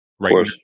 right